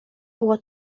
było